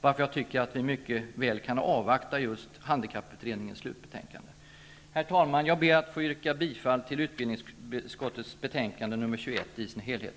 Därför anser jag att vi mycket väl kan avvakta just handikapputredningens slutbetänkande. Herr talman! Jag ber att få yrka bifall till hemställan i utbildningsutskottets betänkande 21 i dess helhet.